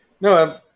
No